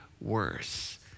worse